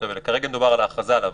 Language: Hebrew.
כרגע מדובר על ההכרזה, להבנתי.